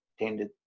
attended